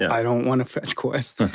i don't want a fetch quest.